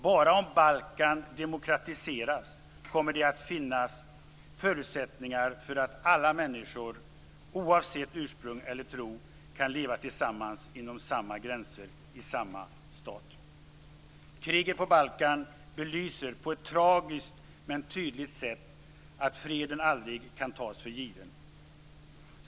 Bara om Balkan demokratiseras kommer det att finnas förutsättningar för att alla människor, oavsett ursprung eller tro, kan leva tillsammans inom samma gränser i samma stat. Kriget på Balkan belyser på ett tragiskt men tydligt sätt att freden aldrig kan tas för given.